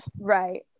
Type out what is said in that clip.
Right